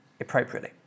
appropriately